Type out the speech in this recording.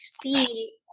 see